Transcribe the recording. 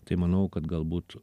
tai manau kad galbūt